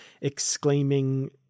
exclaiming